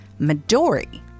Midori